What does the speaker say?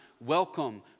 welcome